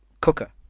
cooker